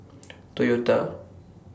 Toyota